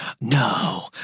No